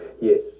Yes